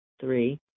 three